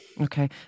Okay